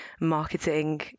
marketing